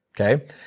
Okay